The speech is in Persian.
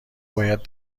باید